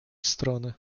strony